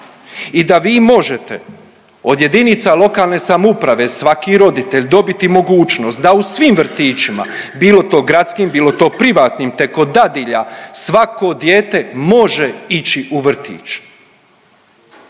i da vi možete od jedinica lokalne samouprave svaki roditelj dobiti mogućnost da u svim vrtićima, bilo to gradskim, bilo to privatnim te kod dadilja svako dijete može ići u vrtić.